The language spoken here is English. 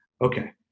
Okay